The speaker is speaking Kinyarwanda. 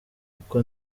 kuko